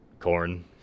corn